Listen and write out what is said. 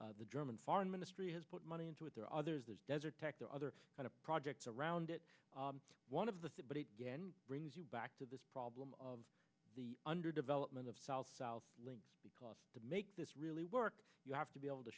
this the german foreign ministry has put money into it there are other desert tech the other kind of projects around it one of the but it brings you back to this problem of the under development of south south link because to make this really work you have to be able to